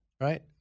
Right